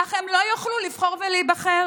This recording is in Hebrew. אך הם לא יוכלו לבחור ולהיבחר.